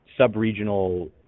sub-regional